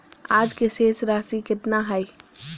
आज के शेष राशि केतना हइ?